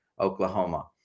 Oklahoma